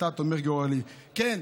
אתה תומיך גורלי'." כן,